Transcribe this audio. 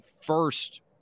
first